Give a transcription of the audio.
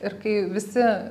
ir kai visi